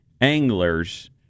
anglers